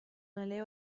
nelle